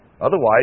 Otherwise